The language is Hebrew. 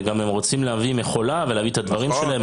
וגם הם רוצים להביא מכולה ולהביא את הדברים שלהם.